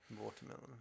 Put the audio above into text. watermelon